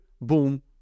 boom